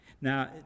Now